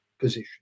position